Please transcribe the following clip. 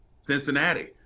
Cincinnati